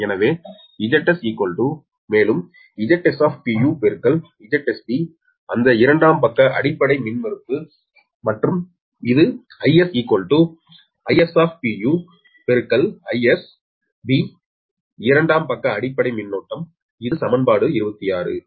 எனவே Zs மேலும் ZsZsB அந்த இரண்டாம் பக்க அடிப்படை மின்மறுப்பு மற்றும் இது Is Is IsB இரண்டாம் பக்க அடிப்படை மின்னோட்டம் இது சமன்பாடு 26